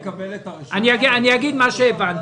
אגיד מה הבנתי.